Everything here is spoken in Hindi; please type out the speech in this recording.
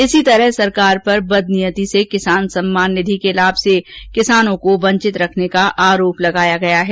इसी प्रकार सरकार पर बदनियती से किसान सम्मान निधि के लाभ से किसानों को वंचित रखने का आरोप लगाया गया है